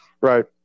right